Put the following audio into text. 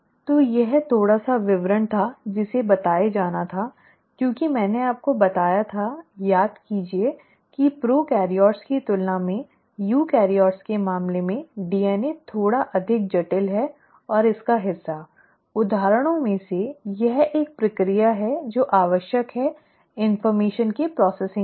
तो यह थोड़ा सा विवरण था जिसे बताया जाना था क्योंकि मैंने आपको बताया था याद कीजिए कि प्रोकैरियोट्स की तुलना में यूकेरियोट्स के मामले में डीएनए थोड़ा अधिक जटिल है और इसका हिस्सा उदाहरणों में से एक यह प्रक्रिया है जो आवश्यक है सूचना के प्रॉसिसिंग के लिए